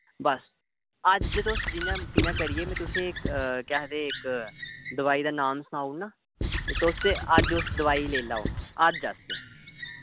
बस ते अज्ज तुस जियां कियां करियै में तुसें ई केह् आक्खदे इक्क दोआई दा नाम सनाई ओड़ना ते तुस अज्ज उस दोआई गी लेई लैओ अज्ज आस्तै